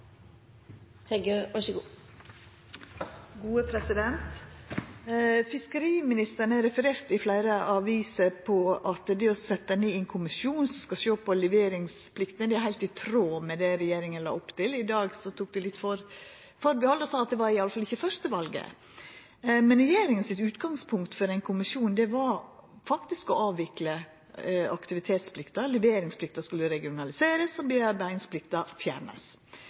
Fiskeriministeren er i fleire aviser referert på at det å setja ned ein kommisjon som skal sjå på leveringspliktene, er heilt i tråd med det regjeringa la opp til. I dag tok han litt atterhald og sa at det i alle fall ikkje var førstevalet. Men regjeringas utgangspunkt for ein kommisjon var faktisk å avvikla aktivitetsplikta. Leveringsplikta skulle verta regionalisert, og